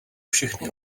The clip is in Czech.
všechny